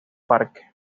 parque